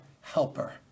Helper